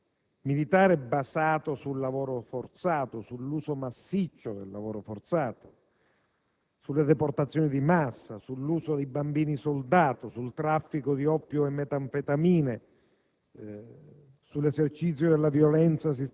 Un regime militare basato sul lavoro forzato, sull'uso massiccio del lavoro forzato, sulle deportazioni di massa, sull'uso di bambini soldato, sul traffico di oppio e metanfetamine,